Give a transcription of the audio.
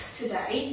today